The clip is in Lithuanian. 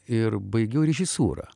ir baigiau režisūrą